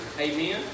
Amen